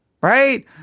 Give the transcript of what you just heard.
right